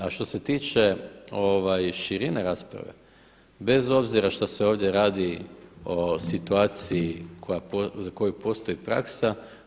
A što se tiče širine rasprave bez obzira što se ovdje radi o situaciji za koju postoji praksa.